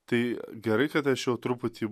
tai gerai kad aš jau truputį